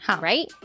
Right